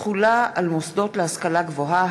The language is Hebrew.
(תחולה על מוסדות להשכלה גבוהה),